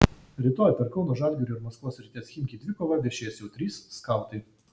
rytoj per kauno žalgirio ir maskvos srities chimki dvikovą viešės jau trys skautai